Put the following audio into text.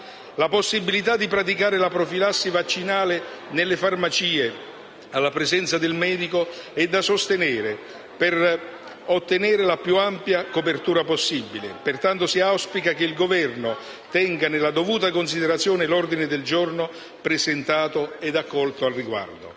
La possibilità di praticare la profilassi vaccinale nelle farmacie alla presenza del medico è da sostenere per ottenere la più ampia copertura possibile. Si auspica, dunque, che il Governo tenga nella dovuta considerazione l'ordine del giorno presentato e accolto al riguardo.